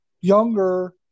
younger